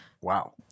wow